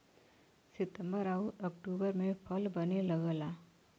सितंबर आउर अक्टूबर में फल बने लगला